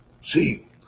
See